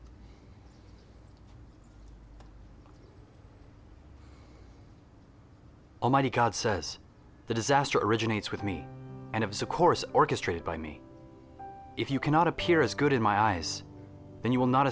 disaster originates with me and it was of course orchestrated by me if you cannot appear as good in my eyes and you will not